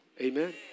Amen